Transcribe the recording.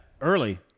early